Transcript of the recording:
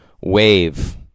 wave